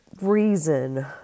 reason